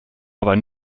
aber